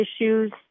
issues